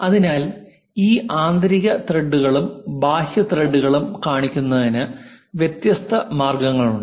അതിനാൽ ഈ ആന്തരിക ത്രെഡുകളും ബാഹ്യ ത്രെഡുകളും കാണിക്കുന്നതിന് വ്യത്യസ്ത മാർഗങ്ങളുണ്ട്